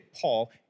Paul